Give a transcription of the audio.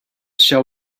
shall